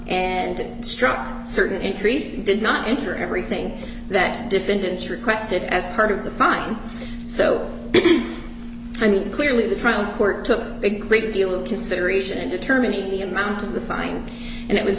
and struck certain entries did not enter everything that defendants requested as part of the fine so i mean clearly the trial court took a great deal of consideration in determining the amount of the fine and it was